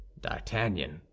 d'artagnan